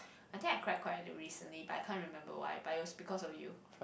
I think I cried quietly recently but I can't remember why but it was because of you